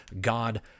God